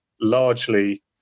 Largely